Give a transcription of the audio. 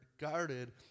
guarded